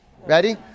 Ready